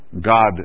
God